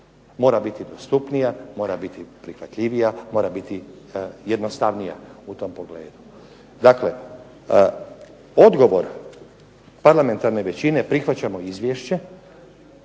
Mora biti dostupnija, mora biti prihvatljivija, mora biti jednostavnija u tom pogledu. Dakle, odgovor parlamentarne većine, prihvaćamo izvješće